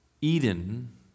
Eden